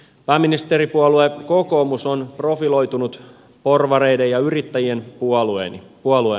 pääministeripuolue kokoomus on profiloitunut porvareiden ja yrittäjien puolueena